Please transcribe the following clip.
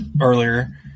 earlier